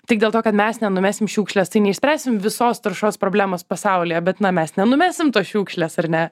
tik dėl to kad mes nenumesim šiukšlės tai neišspręsim visos taršos problemos pasaulyje bet na mes nenumesim tos šiukšlės ar ne